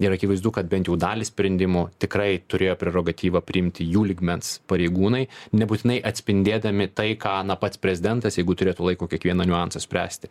ir akivaizdu kad bent jau dalį sprendimų tikrai turėjo prerogatyva priimti jų lygmens pareigūnai nebūtinai atspindėdami tai ką na pats prezidentas jeigu turėtų laiko kiekvieną niuansą spręsti